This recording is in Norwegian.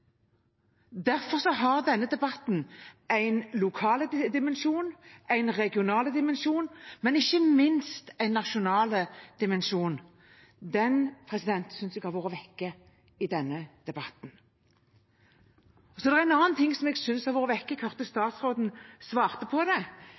Derfor har denne debatten en lokal dimensjon, en regional dimensjon, men ikke minst en nasjonal dimensjon, og den synes jeg har vært borte i denne debatten. Det er også en annen ting som jeg synes har vært